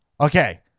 Okay